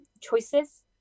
choices